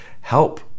help